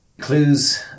clues